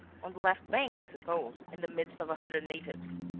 on the left bank, i suppose, in the midst of a hundred natives.